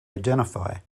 identify